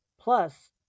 plus